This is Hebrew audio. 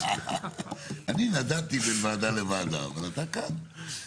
אני נדדתי בין ועדה לוועדה, אבל אתה כאן.